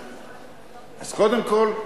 אז קודם כול,